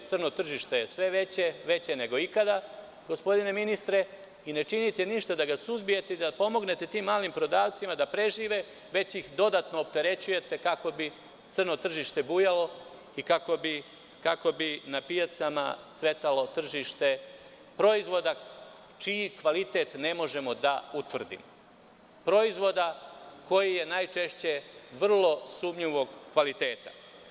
Crno tržište je sve veće, veće nego ikada, gospodine ministre, a ne činiti ništa da ga suzbijete i da pomognete tim malim prodavcima da prežive, već ih dodatno opterećujete kako bi crno tržište bujalo i kako bi na pijacama cvetalo tržište proizvoda čiji kvalitet ne možemo da utvrdimo, proizvoda koji su najčešće vrlo sumnjivog kvaliteta.